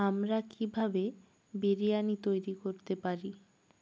আমরা কীভাবে বিরিয়ানি তৈরি করতে পারি